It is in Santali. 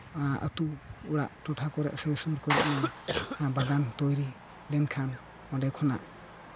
ᱟᱛᱳ ᱚᱲᱟᱜ ᱴᱚᱴᱷᱟ ᱠᱚᱨᱮᱜ ᱥᱮ ᱥᱩᱨ ᱠᱚᱨᱮᱜ ᱱᱚᱣᱟ ᱵᱟᱜᱟᱱ ᱛᱳᱭᱨᱤ ᱞᱮᱱᱠᱷᱟᱱ ᱚᱸᱰᱮ ᱠᱷᱚᱱᱟᱜ